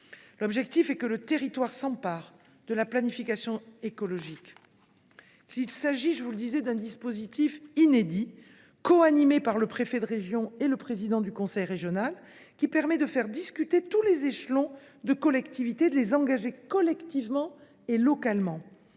L’objectif est que le territoire s’empare de la planification écologique. Il s’agit, je le redis, d’un dispositif inédit : les COP, coanimées par le préfet de région et le président du conseil régional, permettent de faire discuter tous les échelons de nos collectivités et de les engager collectivement et localement.